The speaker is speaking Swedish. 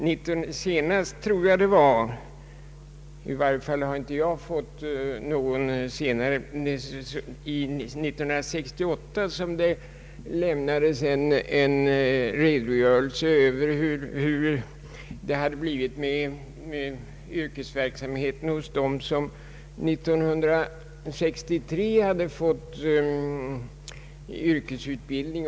År 1968 — det är den närmaste uppgift i varje fall jag har fått — lämnades en redogörelse över hur det hade blivit med yrkesverksamheten för dem som 1963 fått yrkesutbildning.